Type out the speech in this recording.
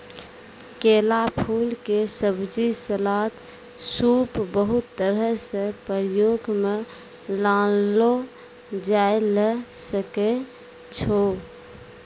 केला फूल के सब्जी, सलाद, सूप बहुत तरह सॅ प्रयोग मॅ लानलो जाय ल सकै छो